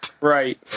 Right